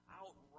out